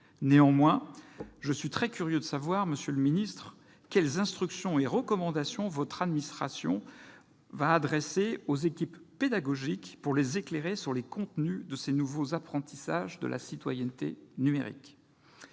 Néanmoins, je suis très curieux de savoir, monsieur le ministre, quelles instructions et recommandations votre administration adressera aux équipes pédagogiques pour les éclairer sur les contenus de ces nouveaux apprentissages de la « citoyenneté numérique